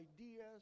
ideas